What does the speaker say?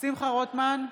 שמחה רוטמן,